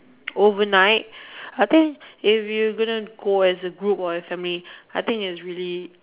overnight I think if you going to go as a group or as family I think it is really